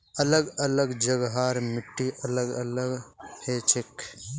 अलग अलग जगहर मिट्टी अलग अलग हछेक